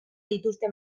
dituzte